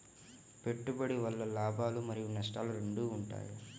పెట్టుబడి వల్ల లాభాలు మరియు నష్టాలు రెండు ఉంటాయా?